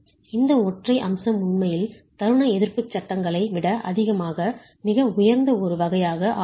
இந்த ஒற்றை அம்சம் உண்மையில் தருண எதிர்ப்பு சட்டங்களை விட மிக உயர்ந்த ஒரு வகையாக ஆக்குகிறது